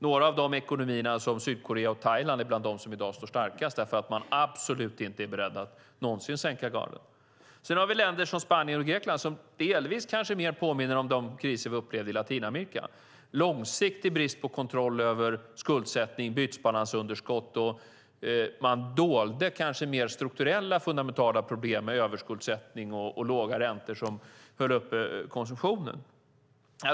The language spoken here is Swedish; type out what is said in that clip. Några av de ekonomierna, som Sydkorea och Thailand, är i dag bland de starkaste därför att man absolut inte är beredd att någonsin sänka garden. Sedan har vi länder som Spanien och Grekland som delvis kanske mer påminner om de kriser man upplevde i Latinamerika - långsiktig brist på kontroll över skuldsättning, bytesbalansunderskott, man dolde kanske mer strukturella fundamentala problem med överskuldsättning och låga räntor som höll uppe konsumtionen.